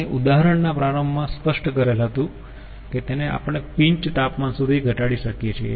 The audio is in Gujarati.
આપણે ઉદાહરણના પ્રારંભમાં સ્પષ્ટ કરેલ હતું કે તેને આપણે પિન્ચ તાપમાન સુધી ઘટાડી શકીએ છીએ